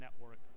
network